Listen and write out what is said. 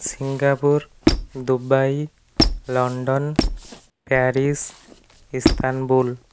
Singapore Dubai London Paris Istanbul